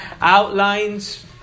outlines